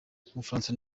w’umufaransa